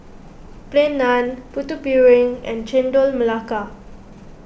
Plain Naan Putu Piring and Chendol Melaka